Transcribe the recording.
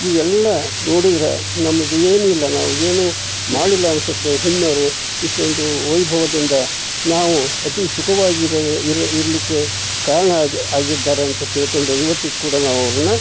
ಇವೆಲ್ಲ ನೋಡಿದ್ರೆ ನಮ್ಗೆ ಏನಿಲ್ಲ ನಾವು ಏನು ಮಾಡಿಲ್ಲ ಅನ್ಸುತ್ತೆ ಹಿಂದಿನವ್ರು ಇಷ್ಟೊಂದು ವೈಭವದಿಂದ ನಾವು ಅತಿ ಸುಖವಾಗಿ ಇರಲಿಕ್ಕೆ ಕಾರಣ ಆಗಿದ್ದಾರೆ ಅಂತ ತಿಳ್ಕೊಂಡು ಇವತ್ತಿಗೆ ಕೂಡ ನಾವವರನ್ನ